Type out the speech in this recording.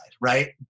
right